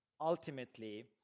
ultimately